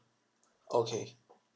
okay